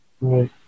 Right